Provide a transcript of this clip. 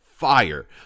fire